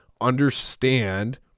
understand